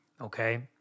Okay